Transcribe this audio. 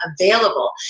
available